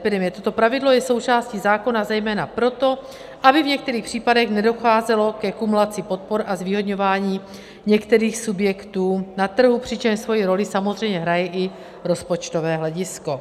Toto pravidlo je součástí zákona zejména proto, aby v některých případech nedocházelo ke kumulaci podpor a zvýhodňování některých subjektů na trhu, přičemž svoji roli samozřejmě hraje i rozpočtové hledisko.